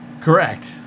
Correct